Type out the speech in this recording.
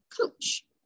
coach